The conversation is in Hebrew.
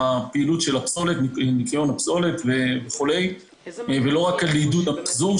ניקיון הפסולת ולא רק לעידוד ---.